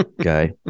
guy